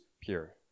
pure